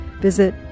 visit